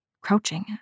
crouching